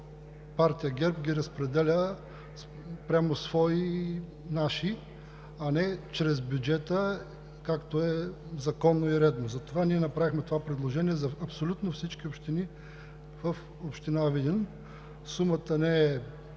партия ГЕРБ ги разпределя спрямо „свои“ и „наши“, а не чрез бюджета, както е законно и редно. Затова ние направихме това предложение за абсолютно всички общини в община Видин. Сумата не е